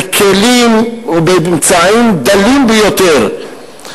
בכלים ובאמצעים דלים ביותר.